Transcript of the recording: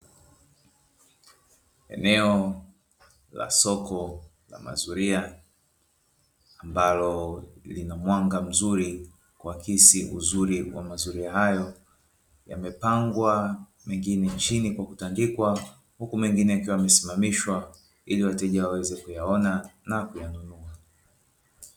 Eneo la soko la mazulia ambalo lina mwanga mzuri, kuakisi uzuri wa mazulia hayo yamepangwa mengine chini kwa kutandikwa huku mengine yakiwa yamesimamishwa ili wateja waweze kuyaona na kuyanunua.